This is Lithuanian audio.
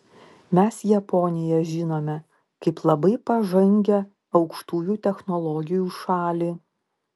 mes japoniją žinome kaip labai pažangią aukštųjų technologijų šalį